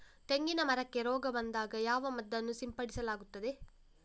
ತೆಂಗಿನ ಮರಕ್ಕೆ ರೋಗ ಬಂದಾಗ ಯಾವ ಮದ್ದನ್ನು ಸಿಂಪಡಿಸಲಾಗುತ್ತದೆ?